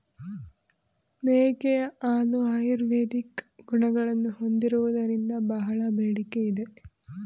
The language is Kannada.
ಮೇಕೆಯ ಹಾಲು ಆಯುರ್ವೇದಿಕ್ ಗುಣಗಳನ್ನು ಹೊಂದಿರುವುದರಿಂದ ಬಹಳ ಬೇಡಿಕೆ ಇದೆ